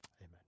amen